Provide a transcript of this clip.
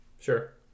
sure